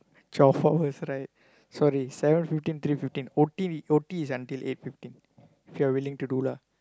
twelve hours right sorry seven fifteen three fifteen O_T O_T is until eight fifteen if you're willing to do lah